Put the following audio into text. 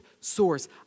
source